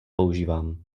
používám